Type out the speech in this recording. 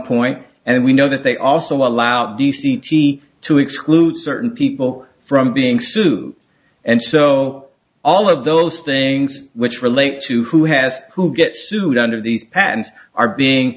point and we know that they also allow d c t to exclude certain people from being sued and so all of those things which relate to who has who gets sued under these patents are being